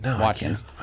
Watkins